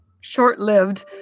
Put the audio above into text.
short-lived